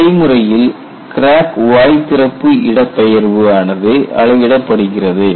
நடைமுறையில் கிராக் வாய் திறப்பு இடப்பெயர்வு ஆனது அளவிடப்படுகிறது